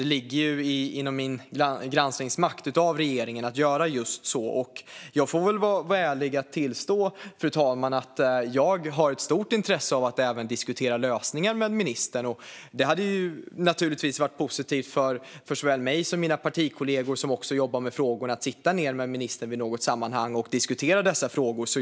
Det ligger inom min granskningsmakt i förhållande till regeringen att göra just så. Fru talman! Jag får vara ärlig att tillstå att jag har ett stort intresse av att även diskutera lösningar med ministern. Det hade naturligtvis varit positivt för såväl mig som mina partikollegor som också jobbar med frågorna att sitta ned med ministern i något sammanhang och diskutera dessa frågor.